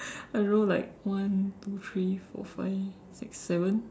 I don't know like one two three four five six seven